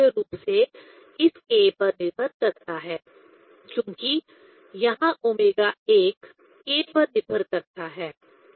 यह मुख्य रूप से इस k पर निर्भर करता है क्योंकि यहाँ ओमेगा 1 k पर निर्भर करता है